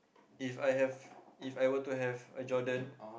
If I have If I were to have a Jordan